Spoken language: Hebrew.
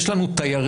יש לנו תיירים,